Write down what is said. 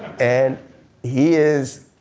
and he is,